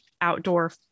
outdoor